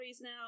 now